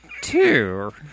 Two